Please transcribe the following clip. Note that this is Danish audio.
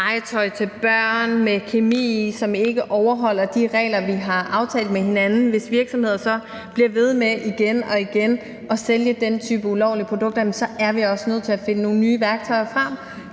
legetøj til børn med kemi i, som ikke overholder de regler, vi har aftalt med hinanden. Hvis virksomheder så bliver ved med igen og igen at sælge den type ulovlige produkter, så er vi også nødt til at finde nogle nye værktøjer frem.